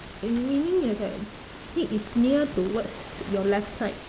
uh meaning is that it is near towards your left side